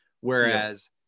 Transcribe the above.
Whereas